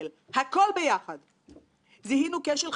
אתה היית מורה הנבוכים שלי למסדרונות כאן